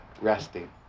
resting